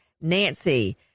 Nancy